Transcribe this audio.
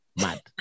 mad